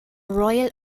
royal